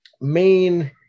main